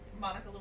Monica